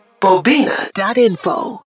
bobina.info